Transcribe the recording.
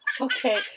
Okay